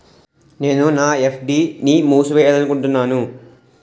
నేను నా ఎఫ్.డి ని మూసివేయాలనుకుంటున్నాను